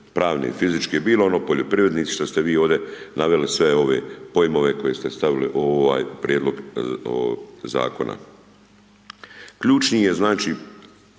pravne fizičke, bilo one poljoprivrednici, što ste vi ovdje naveli, sve ove pojmove, koje ste stavili u ovaj prijedlog zakona. Ključni je znači